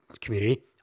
community